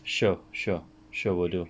sure sure sure will do